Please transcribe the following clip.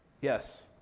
Yes